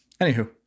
Anywho